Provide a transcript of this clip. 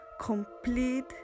complete